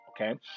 okay